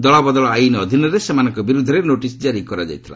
ଦଳବଦଳ ଆଇନ ଅଧୀନରେ ସେମାନଙ୍କ ବିରୁଦ୍ଧରେ ନୋଟିସ୍ ଜାରି କରାଯାଇଥିଲା